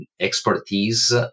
expertise